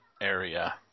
area